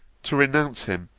to renounce him,